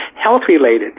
health-related